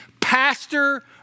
Pastor